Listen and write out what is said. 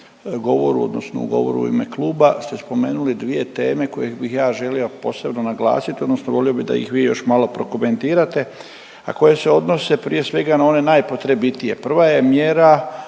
govoru odnosno u govoru u ime kluba ste spomenuli dvije teme koje bih ja želio posebno naglasit odnosno volio bih da ih vi još malo prokomentirate, a koje se odnose prije svega na one najpotrebitije. Prva je mjera